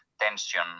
tension